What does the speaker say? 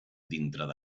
dintre